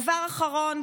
דבר אחרון,